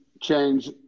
change